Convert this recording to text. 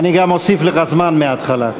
אני גם אוסיף לך זמן מהתחלה.